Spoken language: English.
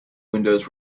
windows